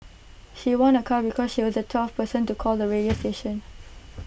she won A car because she was the twelfth person to call the radio station